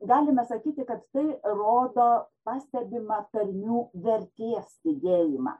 galime sakyti kad tai rodo pastebimą tarmių vertės didėjimą